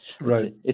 right